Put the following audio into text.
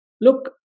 Look